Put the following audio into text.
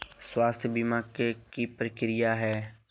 स्वास्थ बीमा के की प्रक्रिया है?